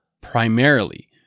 primarily